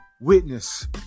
witness